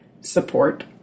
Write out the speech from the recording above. support